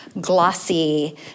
glossy